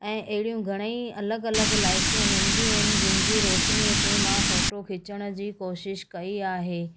ऐं अहिड़ियूं घणे ई अलॻि अलॻि लाइटियूं हूंदियूं आहिनि जिनजी रोशनीअ ते मां फ़ोटो खिचण जी कोशिश कई आहे